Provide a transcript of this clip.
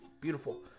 beautiful